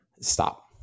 Stop